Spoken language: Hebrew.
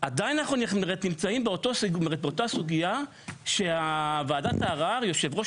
אנחנו עדיין נמצאים באותה סוגייה שיושב ראש